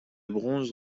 bronze